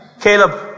Caleb